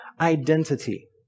identity